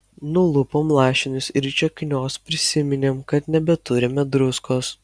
nulupom lašinius ir čia kniost prisiminėm kad nebeturime druskos